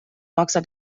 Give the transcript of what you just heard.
maksa